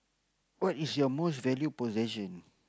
what is your most valued possession